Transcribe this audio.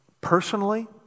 personally